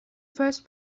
first